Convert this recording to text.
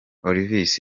olivis